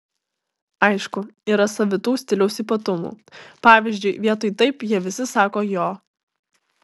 aišku yra savitų stiliaus ypatumų pavyzdžiui vietoj taip jie visi sako jo